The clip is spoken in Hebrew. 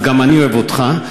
אז גם אני אוהב אותך,